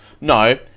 No